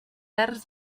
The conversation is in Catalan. terç